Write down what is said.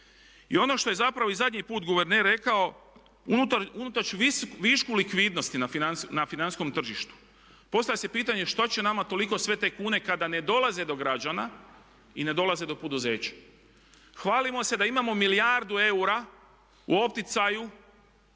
I ono što je zapravo i zadnji put guverner rekao, unatoč višku likvidnosti na financijskom tržištu postavlja se pitanje što će nama toliko sve te kune kada ne dolaze do građana i ne dolaze do poduzeća? Hvalimo se da imamo milijardu eura u opticaju